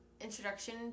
introduction